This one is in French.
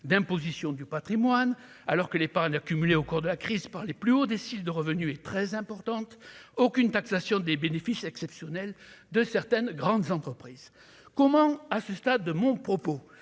d'imposition du Patrimoine alors que l'épargne accumulée au cours de la crise par les plus hauts déciles de revenus est très importante, aucune taxation des bénéfices exceptionnels de certaines grandes entreprises. Comment, à ce stade de mon propos